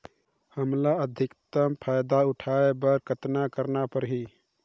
हमला अधिकतम फायदा उठाय बर कतना करना परही?